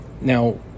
Now